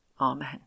Amen